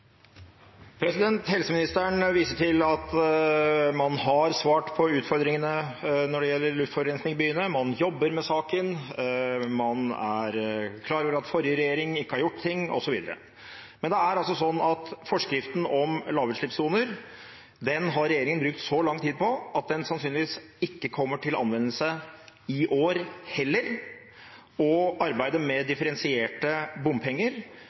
Helseministeren viser til at man har svart på utfordringene når det gjelder luftforurensning i byene – man jobber med saken, man er klar over at forrige regjering ikke har gjort ting, osv. Men det er altså sånn at forskriften om lavutslippssoner har regjeringen brukt så lang tid på at den sannsynligvis ikke kommer til anvendelse i år heller, og arbeidet med differensierte bompenger